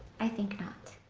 i think not.